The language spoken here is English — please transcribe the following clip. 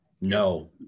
No